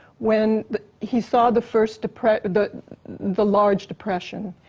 when he saw the first depression the the large depression.